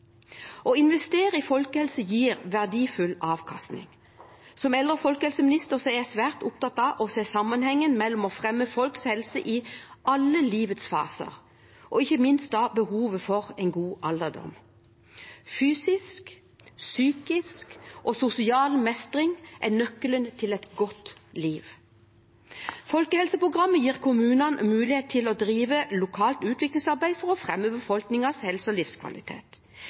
Å investere i folkehelse gir verdifull avkastning. Som eldre- og folkehelseminister er jeg svært opptatt av å se sammenhengen i å fremme folks helse i alle livets faser, ikke minst behovet for en god alderdom. Fysisk, psykisk og sosial mestring er nøklene til et godt liv. Folkehelseprogrammet gir kommunene mulighet til å drive lokalt utviklingsarbeid for å fremme befolkningens helse og livskvalitet.